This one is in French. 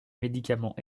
médicament